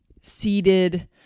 seated